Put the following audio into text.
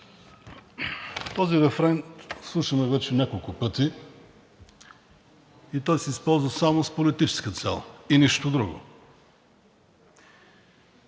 Този рефрен слушаме вече няколко пъти. Той се използва само с политическа цел и нищо друго!